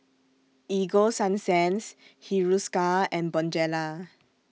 Ego Sunsense Hiruscar and Bonjela